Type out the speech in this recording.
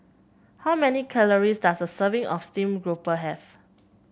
how many calories does a serving of stream grouper have